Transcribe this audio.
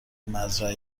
مزرعه